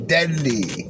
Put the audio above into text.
Deadly